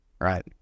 right